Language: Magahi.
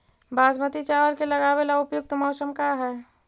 बासमती चावल के लगावे ला उपयुक्त मौसम का है?